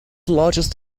largest